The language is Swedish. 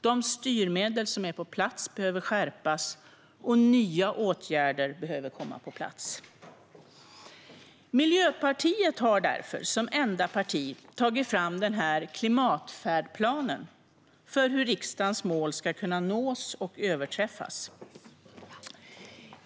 De styrmedel som är på plats behöver skärpas och nya åtgärder behöver komma på plats. Miljöpartiet har därför, som enda parti, tagit fram en klimatfärdplan för hur riksdagens mål ska kunna nås och överträffas.